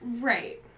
Right